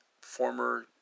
former